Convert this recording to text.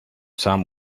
some